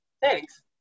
Thanks